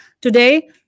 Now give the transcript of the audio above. Today